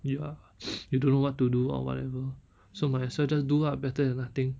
you are you don't know what to do or whatever so might as well just do ah better than nothing